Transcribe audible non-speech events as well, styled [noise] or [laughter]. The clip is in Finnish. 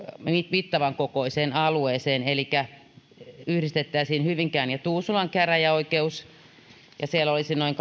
mittavan kokoiseen alueeseen elikkä yhdistettäisiin hyvinkään ja tuusulan käräjäoikeus se olisi noin [unintelligible]